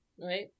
right